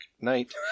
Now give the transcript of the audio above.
night